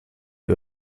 die